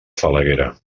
falaguera